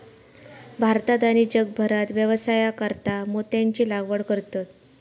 भारतात आणि जगभरात व्यवसायासाकारता मोत्यांची लागवड करतत